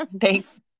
Thanks